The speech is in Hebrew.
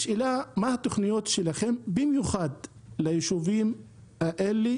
השאלה היא: מה התכניות שלכם במיוחד ליישובים האלה,